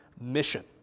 mission